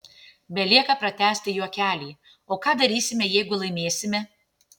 belieka pratęsti juokelį o ką darysime jeigu laimėsime